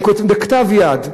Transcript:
הם כותבים בכתב יד.